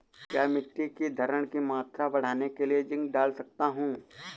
क्या मिट्टी की धरण की मात्रा बढ़ाने के लिए जिंक डाल सकता हूँ?